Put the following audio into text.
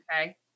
Okay